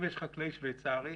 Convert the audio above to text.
אם יש חקלאי שוויצרי,